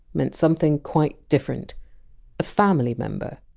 meant something quite different a family member.